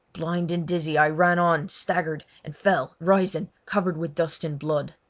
blind and dizzy, i ran on, staggered, and fell, rising, covered with dust and blood.